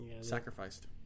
sacrificed